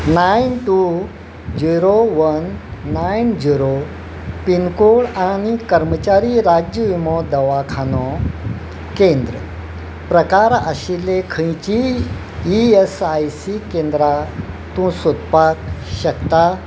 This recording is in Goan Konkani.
nine two zero one nine zero pincode आनी कर्मचारी राज्य विमो दवाखानो केंद्र प्रकार आशिल्ली खंयचीय ई एस आय सी केंद्रां तूं सोदपाक शकता